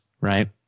right